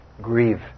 grieve